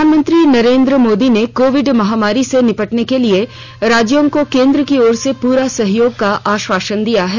प्रधानमंत्री नरेन्द्र मोदी ने कोविड महामारी से निपटने के लिए राज्यों को केंद्र की ओर से पूरे सहयोग का आश्वासन दिया है